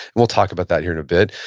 and we'll talk about that here in a bit,